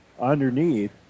underneath